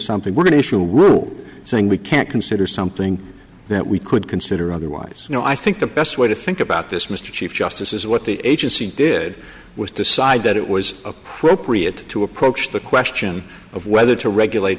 something we're going to issue a rule saying we can't consider something that we could consider otherwise you know i think the best way to think about this mr chief justice is what the agency did was decide that it was appropriate to approach the question of whether to regulate